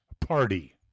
Party